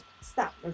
stop